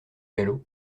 galop